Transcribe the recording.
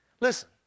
Listen